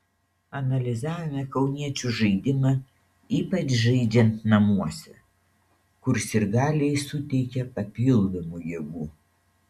analizavome kauniečių žaidimą ypač žaidžiant namuose kur sirgaliai suteikia papildomų jėgų